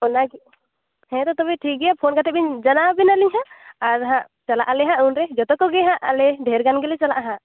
ᱚᱱᱟ ᱜᱮ ᱦᱮᱸ ᱛᱳ ᱛᱚᱵᱮ ᱴᱷᱤᱠ ᱜᱮᱭᱟ ᱯᱷᱳᱱ ᱠᱟᱛᱮᱫ ᱵᱤᱱ ᱡᱟᱱᱟᱣ ᱵᱤᱱᱟᱹᱞᱤᱧ ᱦᱟᱸᱜ ᱟᱨ ᱦᱟᱸᱜ ᱪᱟᱞᱟᱜ ᱟᱞᱮ ᱦᱟᱸᱜ ᱩᱱᱨᱮ ᱡᱚᱛᱚ ᱠᱚᱜᱮ ᱦᱟᱸᱜ ᱟᱞᱮ ᱰᱷᱮᱨ ᱜᱟᱱ ᱜᱮᱞᱮ ᱪᱟᱞᱟᱜᱼᱟ ᱦᱟᱸᱜ